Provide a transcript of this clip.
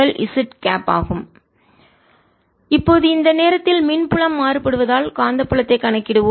E∂t Q0e tRCRCπa20 z இப்போது இந்த நேரத்தில் மின் புலம் மாறுபடுவதால் காந்தப்புலத்தை கணக்கிடுவோம்